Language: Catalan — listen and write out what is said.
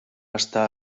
està